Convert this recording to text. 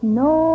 no